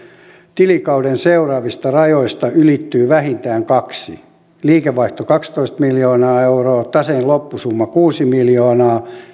tilikauden seuraavista rajoista ylittyy vähintään kaksi liikevaihto kaksitoista miljoonaa euroa taseen loppusumma kuusi miljoonaa